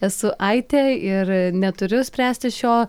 esu aitė ir neturiu spręsti šio